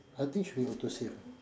I think should be autosave ah